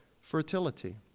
fertility